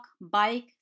bike